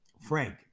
frank